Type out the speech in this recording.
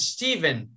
Stephen